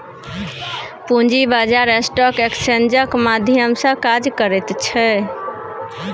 पूंजी बाजार स्टॉक एक्सेन्जक माध्यम सँ काज करैत छै